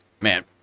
man